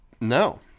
No